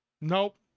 Nope